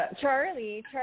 Charlie